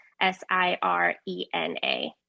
S-I-R-E-N-A